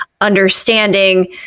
understanding